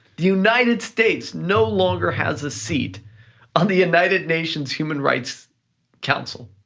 the united states no longer has a seat on the united nations human rights council.